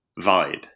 vibe